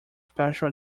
special